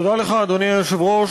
אדוני היושב-ראש,